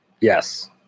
Yes